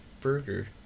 burger